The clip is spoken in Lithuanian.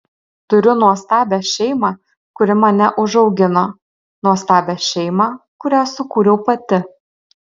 turiu nuostabią šeimą kuri mane užaugino nuostabią šeimą kurią sukūriau pati